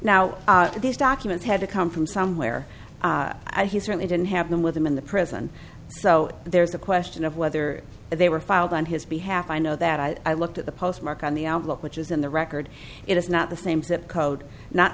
now these documents had to come from somewhere he certainly didn't have them with him in the prison so there's a question of whether they were filed on his behalf i know that i looked at the postmark on the outlook which is in the record it is not the same zip code not